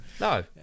No